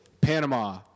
panama